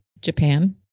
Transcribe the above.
Japan